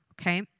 Okay